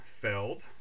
Feld